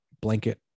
blanket